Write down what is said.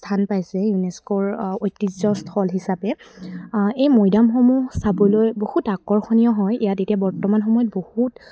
স্থান পাইছে ইউনেস্ক'ৰ ঐতিহ্য স্থল হিচাপে এই মৈদামসমূহ চাবলৈ বহুত আকৰ্ষণীয় হয় ইয়াত এতিয়া বৰ্তমান সময়ত বহুত